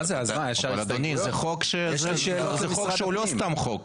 אבל, אדוני, זה חוק שהוא לא סתם חוק.